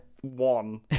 One